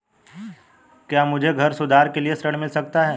क्या मुझे घर सुधार के लिए ऋण मिल सकता है?